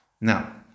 Now